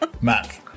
Matt